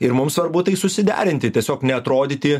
ir mums svarbu tai susiderinti tiesiog neatrodyti